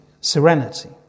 serenity